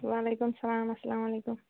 وَعیکُم اَسَلام اَسلامُ علیکُم